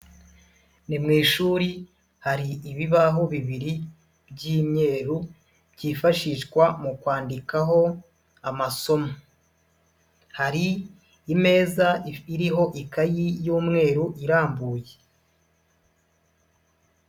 Ni mu ishuri hari ibibaho bibiri by'imyeru byifashishwa mu kwandikaho amasomo, hari imeza iriho ikayi y'umweru irambuye.